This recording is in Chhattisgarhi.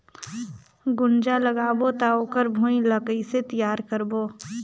गुनजा लगाबो ता ओकर भुईं ला कइसे तियार करबो?